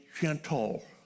gentle